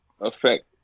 affect